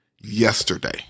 yesterday